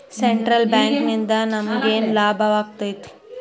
Central ಬ್ಯಾಂಕಿಂದ ನಮಗೇನ್ ಲಾಭಾಗ್ತದ?